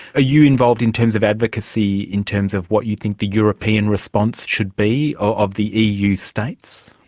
you involved in terms of advocacy, in terms of what you think the european response should be of the eu states?